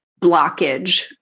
blockage